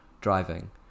driving